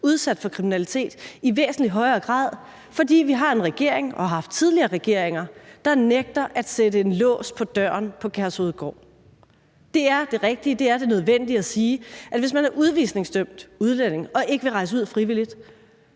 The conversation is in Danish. udsat for kriminalitet i væsentlig højere grad, fordi vi har en regering og har haft tidligere regeringer, der nægter at sætte en lås på døren på Kærshovedgård. Det rigtige og nødvendige er at sige, at hvis man er udvisningsdømt udlænding og ikke vil rejse ud frivilligt,